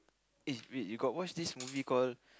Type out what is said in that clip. eh wait you got watch this movie call